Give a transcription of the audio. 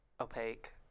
opaque